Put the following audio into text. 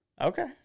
Okay